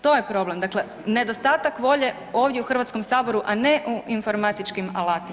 To je problem, dakle nedostatak volje ovdje u Hrvatskom saboru, a ne u informatičkim alatima.